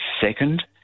Second